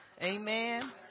amen